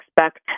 expect